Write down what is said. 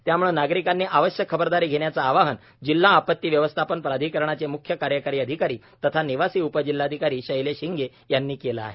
त्यामुळे नागरिकांनी आवश्यक खबरदारी घेण्याचे आवाहन जिल्हा आपत्ती व्यवस्थापन प्राधिकरणाचे म्ख्य कार्यकारी अधिकारी तथा निवासी उपजिल्हाधिकारी शैलेश हिंगे यांनी केले आहे